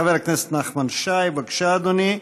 חבר הכנסת נחמן שי, בבקשה, אדוני.